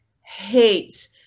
hates